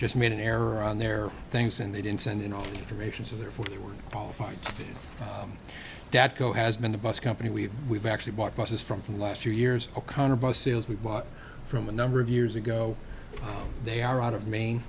just made an error on their things and they didn't send in all the information so therefore they were qualified to dad go has been the bus company we've we've actually bought buses from for the last few years o'connor bus sales we bought from a number of years ago they are out of maine